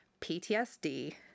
PTSD